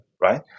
right